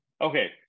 Okay